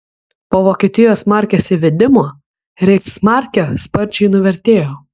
po vokietijos markės įvedimo reichsmarkė sparčiai nuvertėjo